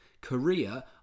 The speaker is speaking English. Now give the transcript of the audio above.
Korea